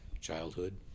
childhood